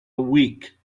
week